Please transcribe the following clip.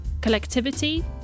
collectivity